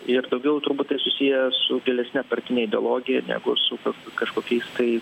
ir daugiau turbūt tai susiję su gilesne partine ideologija negu su kažkokiais tai